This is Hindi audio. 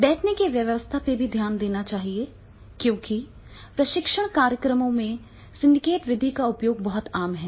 बैठने की व्यवस्था पर भी ध्यान दिया जाना चाहिए क्योंकि प्रशिक्षण कार्यक्रमों में सिंडिकेट विधि का उपयोग बहुत आम है